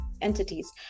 entities